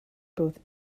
both